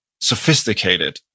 sophisticated